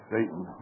Satan